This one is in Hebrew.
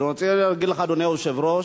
אני רוצה להגיד לך, אדוני היושב-ראש,